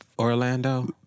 Orlando